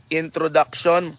introduction